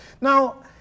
now